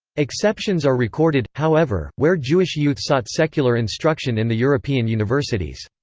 exceptions are recorded, however, where jewish youth sought secular instruction in the european universities.